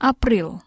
April